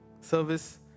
service